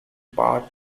part